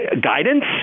guidance